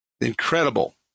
incredible